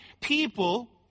people